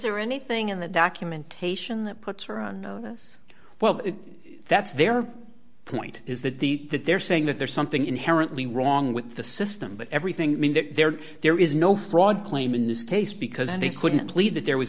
there anything in the documentation that puts her on notice well that's their point is that the that they're saying that there's something inherently wrong with the system but everything in there there is no fraud claim in this case because they couldn't believe that there was